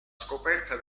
scoperta